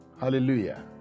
Hallelujah